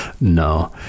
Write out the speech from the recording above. No